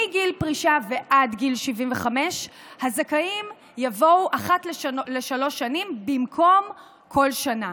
מגיל פרישה ועד גיל 75 הזכאים יבואו אחת לשלוש שנים במקום בכל שנה.